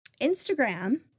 Instagram